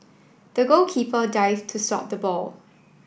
the goalkeeper dive to stop the ball